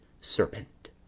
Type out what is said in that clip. serpent